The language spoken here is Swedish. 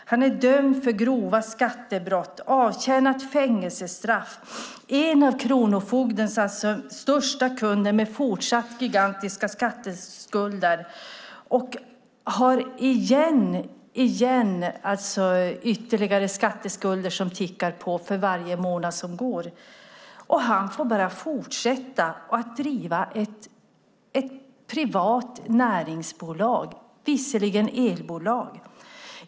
Han är dömd för grova skattebrott, har avtjänat fängelsestraff och är en av kronofogdens största kunder med fortsatt gigantiska skatteskulder. Han har nu ytterligare skatteskulder som tickar på för varje månad som går. Han får fortsätta att driva ett privat näringsbolag, visserligen elbolag.